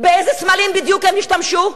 באיזה סמלים בדיוק הם השתמשו?